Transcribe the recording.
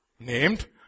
Named